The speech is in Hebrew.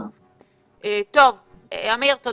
תודה רבה אמיר.